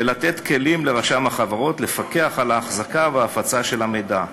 ולתת כלים לרשם החברות לפקח על ההחזקה וההפצה של המידע.